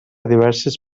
diverses